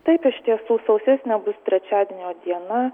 taip iš tiesų sausesnė bus trečiadienio diena